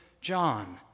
John